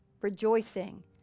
Rejoicing